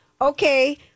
Okay